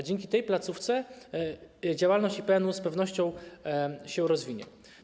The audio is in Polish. Dzięki tej placówce działalność IPN z pewnością się rozwinie.